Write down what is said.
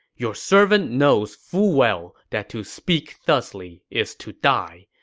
your servant knows full well that to speak thusly is to die.